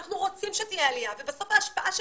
אנחנו רוצים שתהיה עלייה ובסוף ההשפעה של